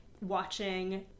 watching